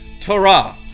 Torah